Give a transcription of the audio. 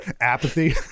apathy